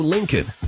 Lincoln